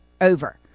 over